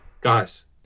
guys